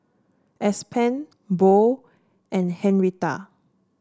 Aspen Bo and Henrietta